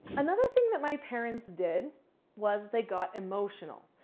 another thing that my parents did was they got emotional.